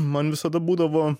man visada būdavo